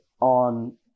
on